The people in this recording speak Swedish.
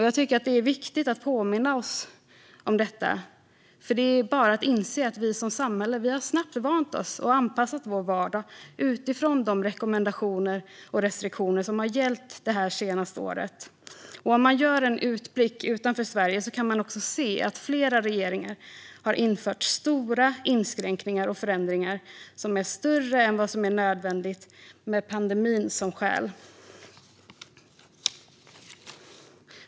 Jag tycker att det är viktigt att påminna om detta, för det är bara att inse att vi som samhälle snabbt har vant oss vid och anpassat vår vardag utifrån de rekommendationer och restriktioner som gällt det senaste året. Om man gör en utblick utanför Sverige kan man också se att flera regeringar har infört stora inskränkningar och förändringar som är större än vad som är nödvändigt med pandemin som skäl.